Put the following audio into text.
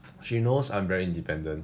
she knows I'm very independent